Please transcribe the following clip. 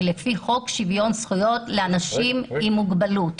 לפי חוק שוויון זכויות לאנשים עם מוגבלות.